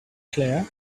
claire